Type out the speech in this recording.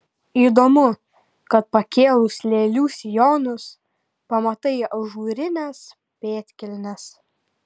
įdomu kad pakėlus lėlių sijonus pamatai ažūrines pėdkelnes